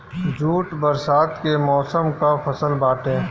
jute बरसात के मौसम कअ फसल बाटे